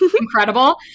Incredible